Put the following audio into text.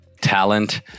talent